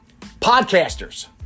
Podcasters